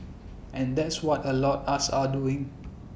and that's what A lot us are doing